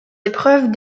épreuves